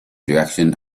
direction